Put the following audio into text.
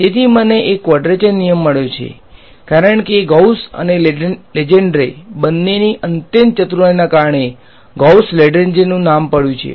તેથી મને એક ક્વાડ્રેચર નિયમ મળ્યો છે કારણ કે ગૌસ અને લેંગેડ્રે બંનેની અત્યંત ચતુરાઈને કારણે ગૌસ લેંગેડ્રેનું નામ પડ્યુ છે